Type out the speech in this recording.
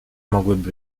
mogłyby